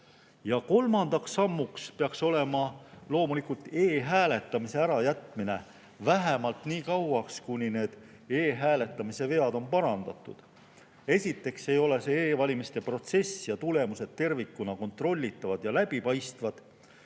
Kolmandaks sammuks peaks loomulikult olema e-hääletamise ärajätmine vähemalt nii kauaks, kuni e-hääletamise vead on parandatud. Esiteks ei ole e-valimiste protsess ja tulemused tervikuna kontrollitavad ja läbipaistvad.